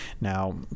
now